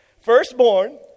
Firstborn